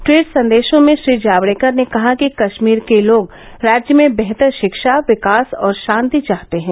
tweet संदशों में श्री जावड़ेकर ने कहा कि कश्मीर के लोग राज्य में बेहतर शिक्षा विकास और शांति चाहते हैं